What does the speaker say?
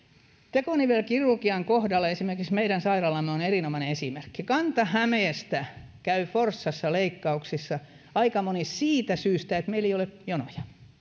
tekonivelkirurgian kohdalla esimerkiksi meidän sairaalamme on erinomainen esimerkki kanta hämeestä käy forssassa leikkauksissa aika moni siitä syystä että meillä ei ole jonoja